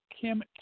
Kim